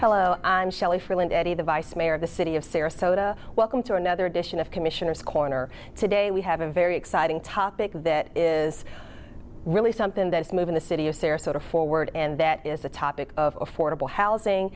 hello i'm shelley freeland eddie the vice mayor of the city of sarasota welcome to another edition of commissioners corner today we have a very exciting topic that is really something that is moving the city of sarasota forward and that is the topic of affordable housing